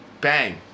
bang